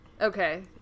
Okay